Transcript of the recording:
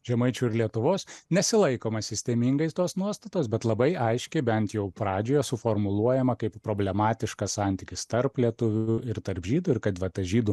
žemaičių ir lietuvos nesilaikoma sistemingai tos nuostatos bet labai aiškiai bent jau pradžioje suformuluojama kaip problematiškas santykis tarp lietuvių ir tarp žydų ir kad va tas žydų